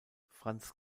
franz